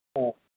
ꯑꯥ